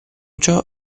ciò